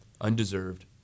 undeserved